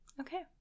okay